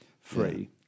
free